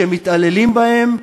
שמתעללים בהם,